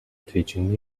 teaching